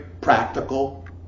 practical